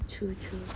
true true